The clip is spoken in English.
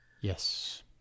yes